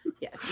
Yes